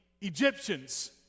Egyptians